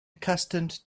accustomed